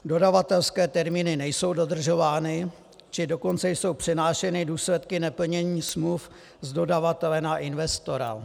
Dodavatelské termíny nejsou dodržovány, či dokonce jsou přenášeny důsledky neplnění smluv z dodavatele na investora.